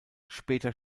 später